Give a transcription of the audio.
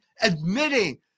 admitting